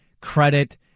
credit